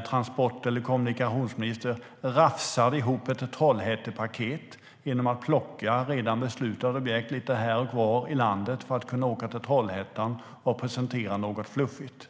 Transport eller kommunikationsministern rafsade ihop ett Trollhättepaket genom att plocka redan beslutade objekt lite här och var i landet för att kunna åka till Trollhättan och presentera något fluffigt.